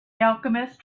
alchemist